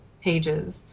pages